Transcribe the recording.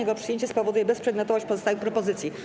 Jego przyjęcie spowoduje bezprzedmiotowość pozostałych propozycji.